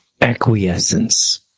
acquiescence